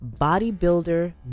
Bodybuilder